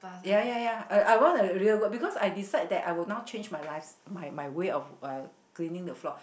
ya ya ya uh I want a real good because I decide that I will now change my life my my way of uh cleaning the floor